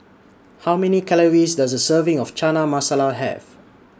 How Many Calories Does A Serving of Chana Masala Have